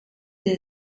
der